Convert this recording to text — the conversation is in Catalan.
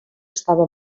estava